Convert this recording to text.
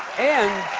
and